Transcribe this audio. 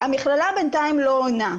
המכללה בינתיים לא עונה.